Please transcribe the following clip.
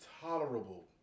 tolerable